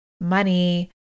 money